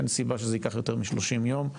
אין סיבה שזה ייקח יותר מ-30 יום.